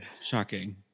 shocking